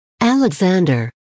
Alexander